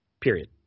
period